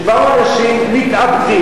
באו אנשים מתאבדים